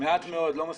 מעט מאוד, לא מספיק.